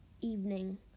evening